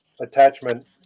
attachment